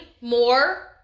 more